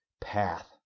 path